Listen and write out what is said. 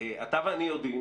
אתה ואני יודעים